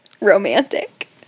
Romantic